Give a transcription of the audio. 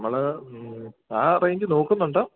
നമ്മൾ ആ റേയ്ഞ്ച് നോക്കുന്നുണ്ട്